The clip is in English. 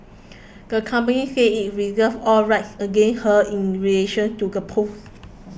the company said it reserves all rights against her in relation to the post